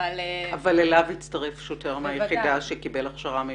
אבל --- אבל אליו יצטרף שוטר מהיחידה שקיבל הכשרה מיוחדת.